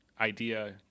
idea